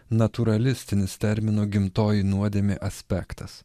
natūralistinis termino gimtoji nuodėmė aspektas